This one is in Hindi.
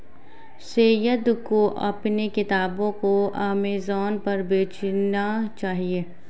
सैयद को अपने किताबों को अमेजन पर बेचना चाहिए